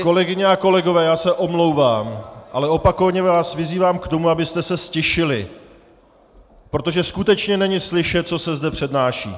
Kolegyně a kolegové, já se omlouvám, ale opakovaně vás vyzývám k tomu, abyste se ztišili, protože skutečně není slyšet, co se zde přednáší.